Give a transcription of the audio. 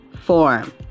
form